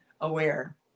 aware